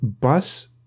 bus